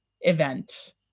event